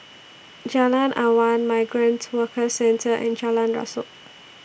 Jalan Awan Migrant Workers Centre and Jalan Rasok